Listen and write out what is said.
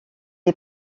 est